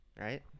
right